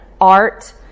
art